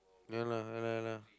ya lah ya lah ya lah